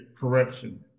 correction